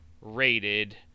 rated